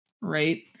right